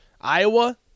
Iowa